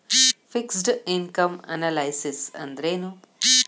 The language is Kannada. ಫಿಕ್ಸ್ಡ್ ಇನಕಮ್ ಅನಲೈಸಿಸ್ ಅಂದ್ರೆನು?